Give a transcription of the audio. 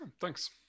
thanks